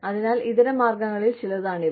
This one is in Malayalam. അതിനാൽ ഇതരമാർഗങ്ങളിൽ ചിലതാണ് ഇവ